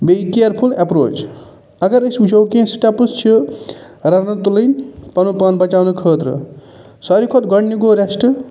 بیٚیہِ careful approach اگر أسۍ وٕچھَو کیٚنہہ سِٹٮ۪پٕس چھِ رَنرَن تُلٕنۍ پَنُن پان بچاونہٕ خٲطرٕ سارِوی کھۄتہٕ گۄڈٕنیُک گوٚو ریشٹ